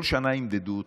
כל שנה ימדדו אותך.